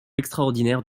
extraordinaire